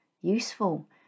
useful